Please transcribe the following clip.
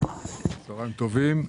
צוהריים טובים.